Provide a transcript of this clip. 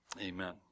Amen